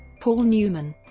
paul newman